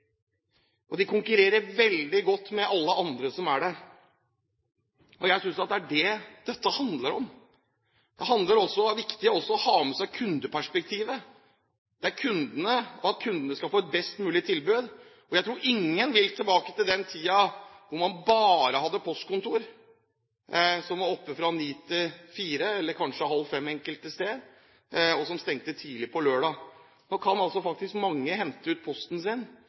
De konkurrerer veldig godt med alle andre. Det er det dette handler om. Det er viktig også å ha med seg kundeperspektivet, det at kundene skal få et best mulig tilbud. Jeg tror ingen vil tilbake til den tiden da man hadde postkontor som var åpne bare fra kl. 9 til kl. 16, eller kanskje kl. 16.30 enkelte steder, og som stengte tidlig på lørdag. Nå kan mange hente posten sin